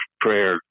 prayer